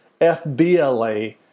FBLA